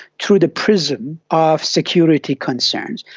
through the prism of security concerns,